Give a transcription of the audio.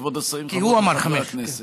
כבוד השרים, חברי הכנסת,